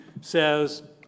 says